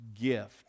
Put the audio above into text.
gift